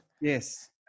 Yes